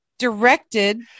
directed